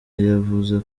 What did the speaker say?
yavuze